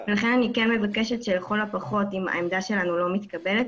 לכן אני כן מבקשת שלכל הפחות אם העמדה שלנו לא מתקבלת,